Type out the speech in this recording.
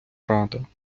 рада